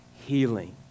Healing